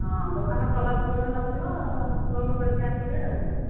ହଁ ଦୋକାନ ଖୋଲା ଥିବ କି ନଥିବ ଫୋନ୍ କରିକି ଆସିବେ ଆଉ